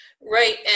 Right